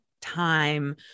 time